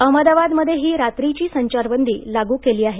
अहमदाबादमध्येही रात्रीची संचारबंदी लागू केली आहे